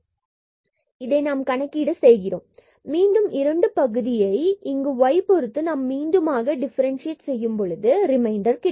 நாம் இதை கணக்கீடு செய்கிறோம் மீண்டும் இரண்டு பகுதியை இங்கு y பொருத்து நாம் மீண்டுமாக இதனை டிஃபரன்சியேட் செய்யும்பொழுது நமக்கு ரிமைண்டர் கிடைக்கும்